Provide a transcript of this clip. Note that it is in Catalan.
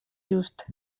just